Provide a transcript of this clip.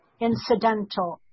Incidental